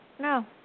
No